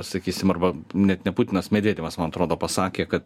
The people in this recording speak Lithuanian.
sakysim arba net ne putinas medvedevas man atrodo pasakė kad